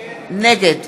נגד